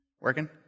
Working